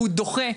הוא דוחה.